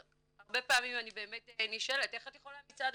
הרבה פעמים אני נשאלת "איך את יכולה מצד